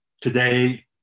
Today